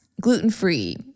gluten-free